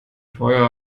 teuer